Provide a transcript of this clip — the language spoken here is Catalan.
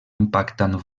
impactant